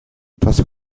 etwas